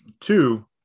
Two